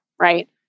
Right